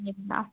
ആ